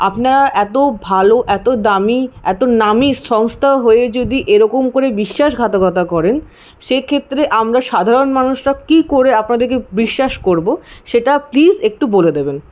আপনার এত ভালো এত দামী এত নামী সংস্থা হয়ে যদি এরকম করে বিশ্বাসঘাতকতা করেন সেক্ষেত্রে আমরা সাধারণ মানুষরা কি করে আপনাদেরকে বিশ্বাস করব সেটা প্লিজ একটু বলে দেবেন